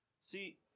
See